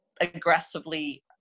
aggressively